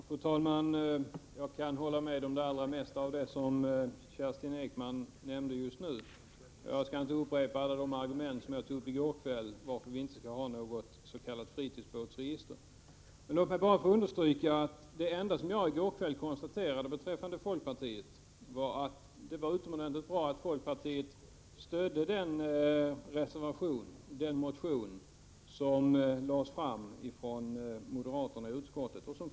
Fru talman! Jag kan hålla med om det mesta som Kerstin Ekman nu nämnde. Jag skall inte upprepa alla de argument jag tog upp i går kväll för varför vi inte skall ha något s.k. fritidsbåtsregister. Låt mig bara få understryka att det enda som jag i går kväll konstaterade beträffande folkpartiet var att det var utomordentligt bra att folkpartiet stödde den motion som moderaterna i utskottet lade fram.